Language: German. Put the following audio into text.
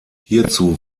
hierzu